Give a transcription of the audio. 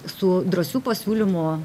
su drąsiu pasiūlymu